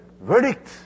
verdict